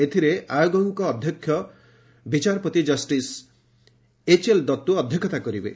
ଏଥିରେ ଆୟୋଗଙ୍କ ଅଧ୍ୟକ୍ଷ ବିଚାରପତି କଷ୍ଟିସ୍ ଏଚ୍ଏଲ୍ ଦତ୍ତୁ ଅଧ୍ୟକ୍ଷତା କରିବେ